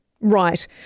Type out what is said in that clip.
Right